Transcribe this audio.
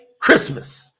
christmas